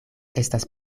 estas